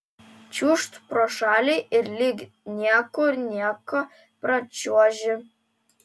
čiūžt pro šalį ir lyg niekur nieko pračiuoži